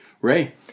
Ray